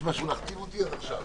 הישיבה ננעלה בשעה